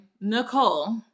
Nicole